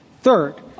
Third